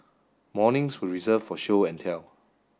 mornings were reserved for show and tell